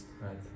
Right